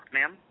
Ma'am